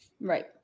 right